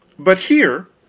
but here,